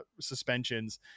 suspensions